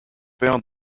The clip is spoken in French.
père